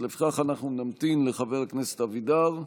אז לפיכך, אנחנו נמתין לחבר הכנסת אבידר,